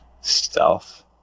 stealth